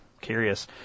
Curious